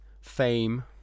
fame